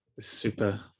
Super